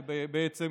בעצם,